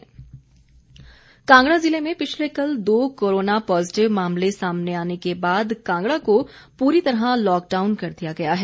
कांगड़ा प्रशासन कांगड़ा जिले में पिछले कल दो कोरोना पॉजीटिव मामले सामने आने के बाद कांगड़ा को पूरी तरह लॉकडाउन कर दिया गया है